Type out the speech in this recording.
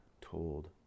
told